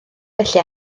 felly